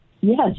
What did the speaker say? Yes